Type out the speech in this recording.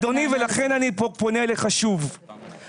לכן אני פונה אל אדוני שוב.